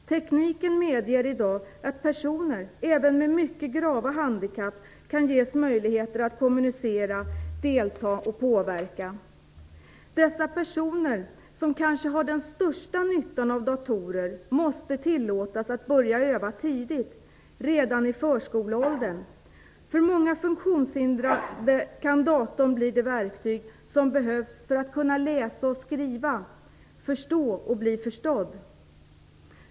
Tekniken medger i dag att personer med även mycket grava handikapp kan ges möjlighet att kommunicera, delta och påverka. Dessa personer, som kanske har den största nyttan av datorer, måste tillåtas att börja öva tidigt, redan i förskoleåldern. För många funktionshindrade kan datorn bli det verktyg som behövs för att kunna läsa och skriva, förstå och bli förstådd.